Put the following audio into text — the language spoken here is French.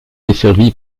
desservi